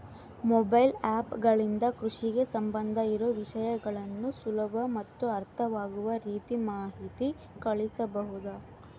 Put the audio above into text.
Mobile app ಗಳಿಂದ ಕೃಷಿಗೆ ಸಂಬಂಧ ಇರೊ ವಿಷಯಗಳನ್ನು ಸುಲಭ ಮತ್ತು ಅರ್ಥವಾಗುವ ರೇತಿ ಮಾಹಿತಿ ಕಳಿಸಬಹುದಾ?